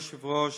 אדוני היושב-ראש,